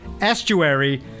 estuary